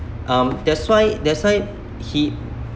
um that's why that's why he